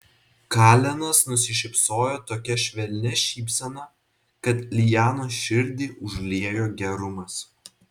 kalenas nusišypsojo tokia švelnia šypsena kad lianos širdį užliejo gerumas